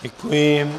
Děkuji.